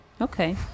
Okay